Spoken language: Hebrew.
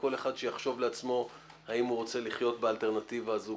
וכל אחד שיחשוב לעצמו אם הוא רוצה לחיות באלטרנטיבה הזו,